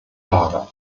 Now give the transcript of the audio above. lager